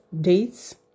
dates